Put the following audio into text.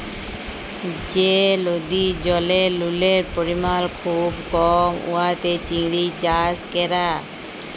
যে লদির জলে লুলের পরিমাল খুব কম উয়াতে চিংড়ি চাষ ক্যরা